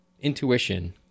intuition